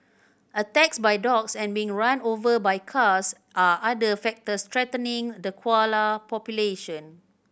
attacks by dogs and being run over by cars are other factors threatening the koala population